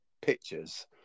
pictures